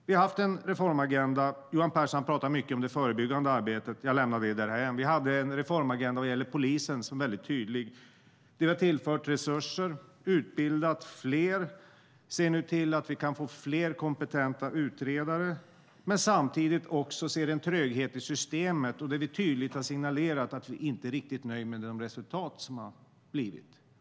Johan Pehrson talade mycket om det förebyggande arbetet. Jag lämnar det därhän. Vi hade en reformagenda vad gäller polisen som var väldigt tydlig. Vi har tillfört resurser och utbildat fler. Vi ser nu till att vi kan få fler kompetenta utredare. Samtidigt ser vi en tröghet i systemet, och vi har tydligt signalerat att vi inte är nöjda med de resultat som har kommit.